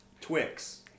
Twix